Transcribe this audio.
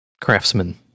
craftsman